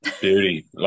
beauty